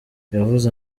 yavuze